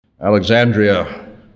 Alexandria